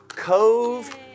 Cove